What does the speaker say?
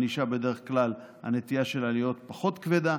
בדרך כלל הענישה, הנטייה שלה היא להיות פחות כבדה,